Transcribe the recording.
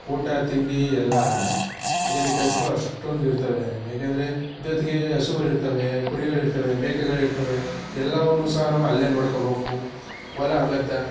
ಊಟ ತಿಂಡಿ ಎಲ್ಲ ಅಲ್ಲೇ ಏಕೆಂದರೆ ಕೆಲ್ಸಗಳ್ ಅಷ್ಟೋಂದು ಇರ್ತವೆ ಏಕೆಂದರೆ ಜೊತೆಗೆ ಹಸುಗಳು ಇರ್ತವೆ ಕುರಿಗಳು ಇರ್ತವೆ ಮೇಕೆಗಳು ಇರ್ತವೆ ಎಲ್ಲವನ್ನು ಸಹ ನಾವು ಅಲ್ಲೇ ನೋಡ್ಕಬೇಕು ಹೊಲ ಗದ್ದೆ